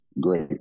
great